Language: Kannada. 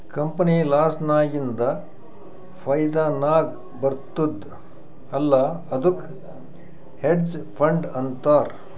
ಕಂಪನಿ ಲಾಸ್ ನಾಗಿಂದ್ ಫೈದಾ ನಾಗ್ ಬರ್ತುದ್ ಅಲ್ಲಾ ಅದ್ದುಕ್ ಹೆಡ್ಜ್ ಫಂಡ್ ಅಂತಾರ್